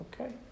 Okay